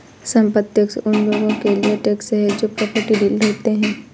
संपत्ति टैक्स उन लोगों के लिए टैक्स है जो प्रॉपर्टी डीलर होते हैं